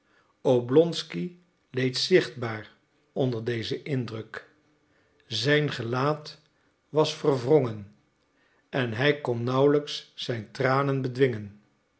oblonsky leed zichtbaar onder dezen indruk zijn gelaat was verwrongen en hij kon nauwelijks zijn tranen bedwingen